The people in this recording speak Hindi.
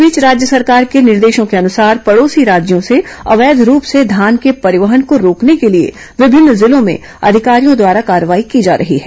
इस बीच राज्य सरकार के निर्देशों के अनुसार पड़ोसी राज्यों से अवैध रूप से धान के परिवहन को रोकने के लिए विभिन्न जिलों में अधिकारियों द्वारा कार्रवाई की जा रही है